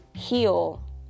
heal